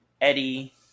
Eddie